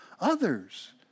others